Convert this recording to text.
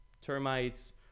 termites